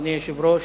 אדוני היושב-ראש,